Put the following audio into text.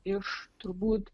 iš turbūt